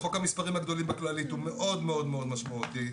בחוק המספרים הגדולים בכללית הוא מאוד מאוד משמעותי.